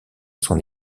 son